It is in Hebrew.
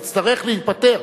היא תצטרך להיפתר,